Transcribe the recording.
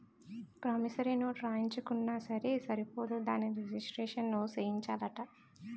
promissory note రాయించుకున్నా సరే సరిపోదు దానిని రిజిస్ట్రేషను సేయించాలట